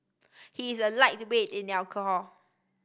he is a lightweight in alcohol